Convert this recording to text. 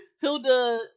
Hilda